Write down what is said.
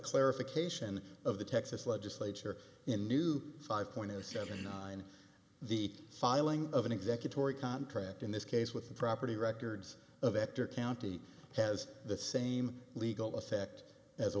clarification of the texas legislature in new five point zero seven on the filing of an executive or a contract in this case with the property records of after county has the same legal effect as a